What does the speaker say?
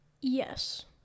Yes